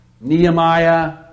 Nehemiah